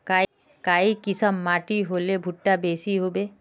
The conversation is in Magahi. काई किसम माटी होले भुट्टा बेसी होबे?